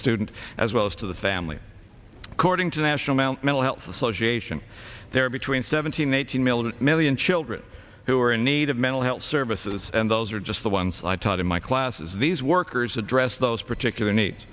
student as well as to the family according to national mt mental health association there are between seventeen eighteen million million children who are in need of mental health services and those are just the ones i taught in my classes these workers address those